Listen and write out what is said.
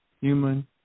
human